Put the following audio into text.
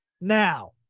Now